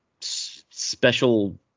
special